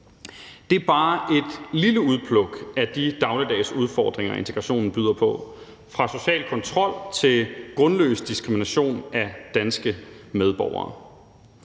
Det er bare et lille udpluk af de dagligdags udfordringer, integrationen byder på, altså fra social kontrol til grundløs diskrimination af danske medborgere.